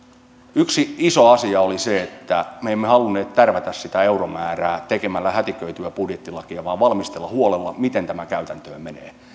yksi iso asia oli se että me emme halunneet tärvätä sitä euromäärää tekemällä hätiköityä budjettilakia vaan valmistella huolella miten tämä käytäntöön menee